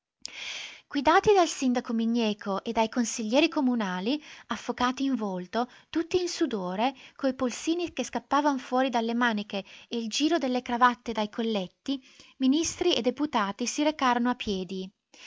guidati dal sindaco migneco e dai consiglieri comunali affocati in volto tutti in sudore coi polsini che scappavan fuori dalle maniche e il giro delle cravatte dai colletti ministri e deputati si recarono a piedi